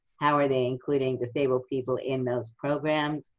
how are they including disabled people in those programs?